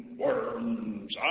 worms